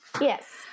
Yes